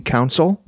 Council